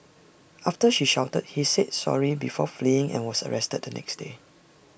after she shouted he said sorry before fleeing and was arrested the next day